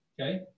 okay